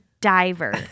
diver